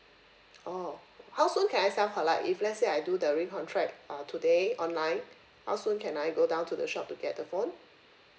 oh how soon can I self collect if let say I do the recontract uh today online how soon can I go down to the shop to get the phone